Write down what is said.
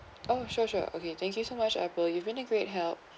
oh sure sure okay thank you so much apple you've been a great help